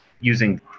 using